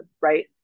right